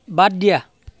বাদ দিয়া